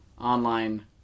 online